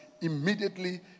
immediately